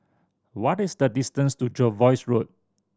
what is the distance to Jervois Road